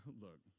look